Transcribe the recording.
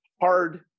hard